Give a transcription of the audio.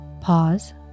Pause